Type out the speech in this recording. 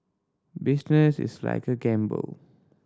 business is like a gamble